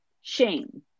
shame